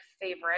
favorite